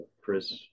Chris